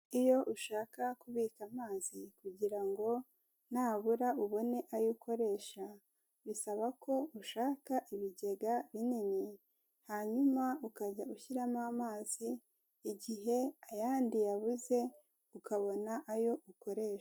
Iyo ushaka kubika amazi kugira ngo nabura ubone ayo ukoresha, bisaba ko ushaka ibigega binini, hanyuma ukajya ushyiramo amazi igihe ayandi yabuze ukabona ayo ukoresha.